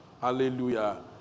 Hallelujah